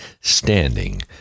standing